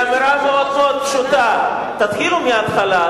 היא אמירה מאוד מאוד פשוטה: תתחילו מההתחלה,